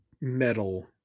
metal